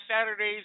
Saturday's